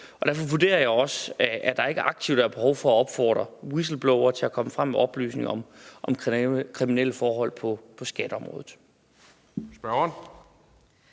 derfor vurderer jeg også, at der ikke aktivt er behov for at opfordre whistleblowere til at komme frem med oplysninger om kriminelle forhold på skatteområdet.